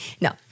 no